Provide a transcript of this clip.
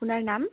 আপোনাৰ নাম